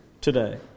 today